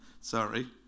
sorry